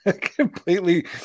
completely